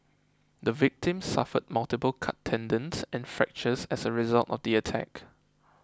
the victim suffered multiple cut tendons and fractures as a result of the attack